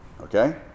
Okay